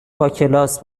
باکلاس